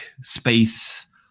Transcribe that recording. space